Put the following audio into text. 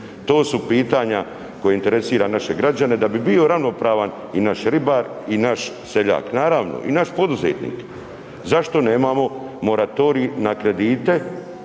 To su pitanja koja interesiraju naše građane da bi bio ravnopravan i naš ribar i naš seljak naravno i naš poduzetnik. Zašto nemamo moratorij na kredite